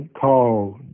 called